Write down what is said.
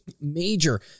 major